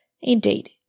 Indeed